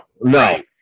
no